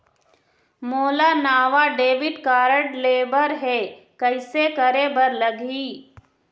मोला नावा debit card लेबर हे, कइसे करे बर लगही?